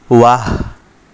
ৱাহ